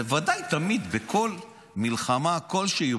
בוודאי, תמיד, בכל מלחמה כלשהי.